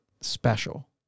special